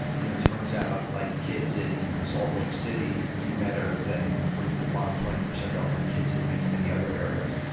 you know it turns out like kids in salt lake city do better than from the bottom twenty and percentile than kids in many, many other areas.